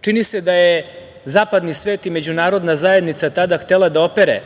Čini se da je zapadni svet i međunarodna zajednica tada htela da opere